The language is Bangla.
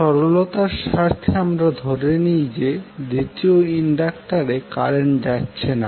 সরলতার স্বার্থে আমরা ধরে নিই যে দ্বিতীয় ইন্ডাক্টরে কারেন্ট যাচ্ছে না